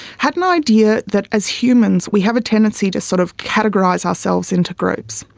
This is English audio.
had an idea that as humans we have a tendency to sort of categorise ourselves into groups.